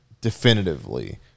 definitively